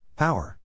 Power